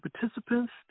participants